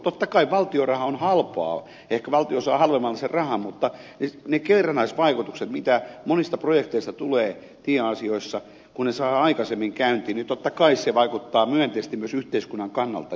totta kai valtion raha on halpaa ehkä valtio saa halvemmalla sen rahan mutta ne kerrannaisvaikutukset mitä monista projekteista tulee tieasioissa kun ne saadaan aikaisemmin käyntiin totta kai vaikuttavat myönteisesti myös yhteiskunnan kannalta